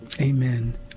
Amen